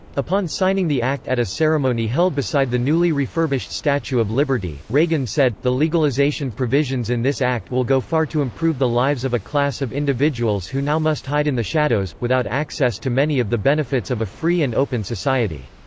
upon signing the act at a ceremony held beside the newly refurbished statue of liberty, reagan said, the legalization provisions in this act will go far to improve the lives of a class of individuals who now must hide in the shadows, without access to many of the benefits of a free and open society.